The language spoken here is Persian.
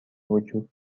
وجود